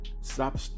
stop